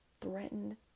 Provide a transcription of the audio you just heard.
threatened